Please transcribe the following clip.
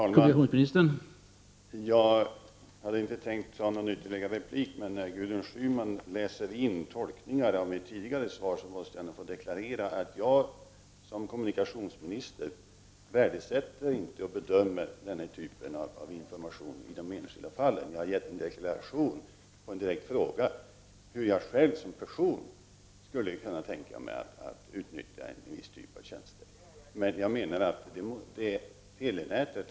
Herr talman! Jag hade inte tänkt begära någon ytterligare replik, men när Gudrun Schyman läser in tolkningar i mitt tidigare svar måste jag få deklarera att jag som kommunikationsminister varken värdesätter eller bedömer denna typ av information i de enskilda fallen. På en direkt fråga om huruvida jag själv skulle kunna tänka mig att utnyttja en viss typ av tjänster har jag avgivit en deklaration.